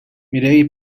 mireia